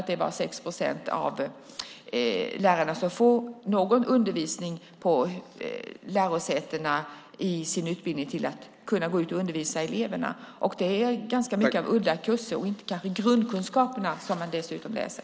Det var 6 procent av lärarna som får någon undervisning på lärosätena i sin utbildning till att kunna gå ut och undervisa eleverna, och det är ganska mycket av udda kurser och kanske inte grundkunskaperna som man dessutom läser.